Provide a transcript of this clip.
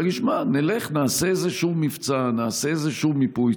אבל נלך, נעשה איזשהו מבצע, נעשה איזשהו מיפוי.